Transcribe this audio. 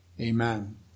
Amen